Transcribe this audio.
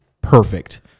perfect